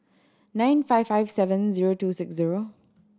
nine five five seven zero two six zero